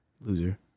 Loser